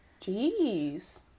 Jeez